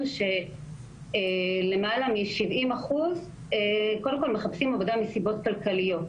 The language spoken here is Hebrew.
שיותר מ-70% מחפשים עבודה מסיבות כלכליות,